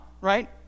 right